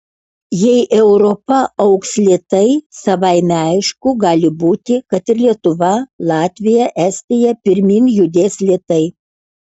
jei europa augs lėtai savaime aišku gali būti kad ir lietuva latvija estija pirmyn judės lėtai